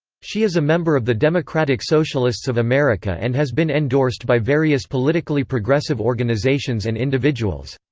she is a member of the democratic socialists of america and has been endorsed by various politically progressive organizations and individuals.